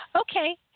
Okay